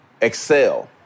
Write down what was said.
excel